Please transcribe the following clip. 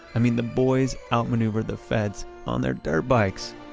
i mean the boys out-maneuvered the feds on their dirtbikes!